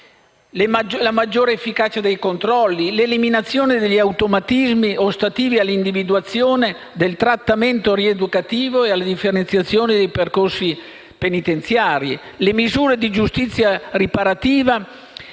la maggiore efficacia dei controlli, l'eliminazione degli automatismi ostativi all'individuazione del trattamento rieducativo e alle differenziazioni dei percorsi penitenziari, le misure di giustizia riparativa